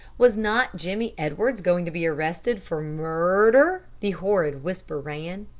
was not jimmy edwards going to be arrested for mur-r-rder? the horrid whisper ran.